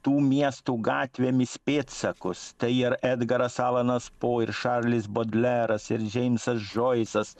tų miestų gatvėmis pėdsakus tai ir edgaras alanas po ir šarlis bodleras ir džeimsas džoisas